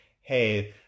Hey